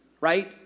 right